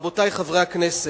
רבותי חברי הכנסת,